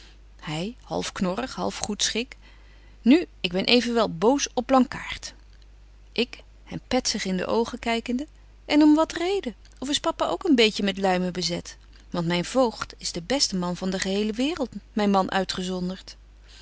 knorrig half goedschik nu ik ben evenwel boos op blankaart ik hem petzig in de oogen kykende en om wat reden of is papa ook een beetje met luimen bezet want myn voogd is de beste man van de gehele waereld myn man uitgezondert